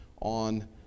on